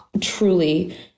truly